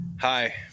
Hi